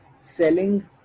selling